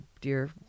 dear